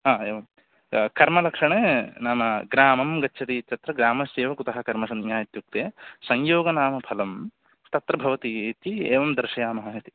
हा एवं कर्मलक्षणे नाम ग्रामं गच्छति इत्यत्र ग्रामस्येव कुतः कर्म संज्ञा इत्युक्ते संयोगनामफलं तत्र भवतीति एवं दर्शयामः इति